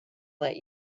let